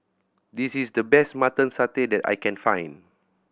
this is the best Mutton Satay that I can find